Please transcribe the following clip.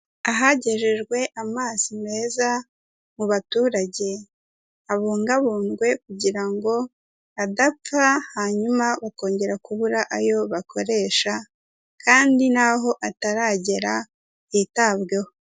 Ahagejejwe amazi meza mu baturage, abungabungwe kugira ngo adapfa hanyuma bakongera kubura ayo bakoresha kandi n'aho ataragera hitabweho.